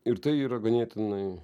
ir tai yra ganėtinai